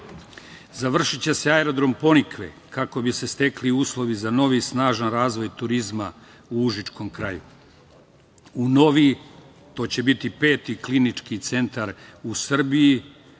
Završiće se aerodrom Ponikve, kako bi se stekli uslovi za novi snažan razvoj turizma u užičkom kraju. U novi klinički centar, to će biti peti klinički centar u Srbiji,